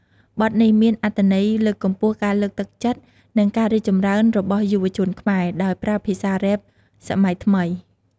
បទនេះមានអត្ថន័យលើកកម្ពស់ការលើកទឹកចិត្ត និងការរីកចម្រើនរបស់យុវជនខ្មែរ ដោយប្រើភាសាររ៉េបសម័យថ្មី។